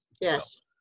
Yes